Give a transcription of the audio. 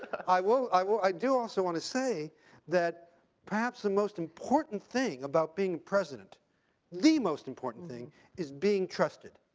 i will i will i do also want to say that perhaps the most important thing about being a president the most important thing is being trusted.